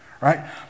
right